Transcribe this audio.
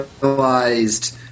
realized